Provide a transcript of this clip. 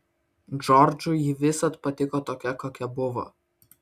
džordžui ji visad patiko tokia kokia buvo